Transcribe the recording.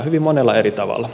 hyvin monella eri tavalla